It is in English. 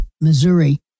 Missouri